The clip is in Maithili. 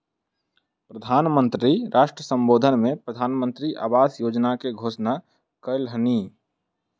प्रधान मंत्री राष्ट्र सम्बोधन में प्रधानमंत्री आवास योजना के घोषणा कयलह्नि